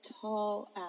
tall